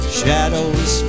shadows